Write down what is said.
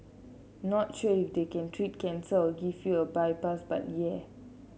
not sure if they can treat cancer or give you a bypass but yeah